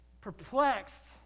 perplexed